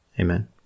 Amen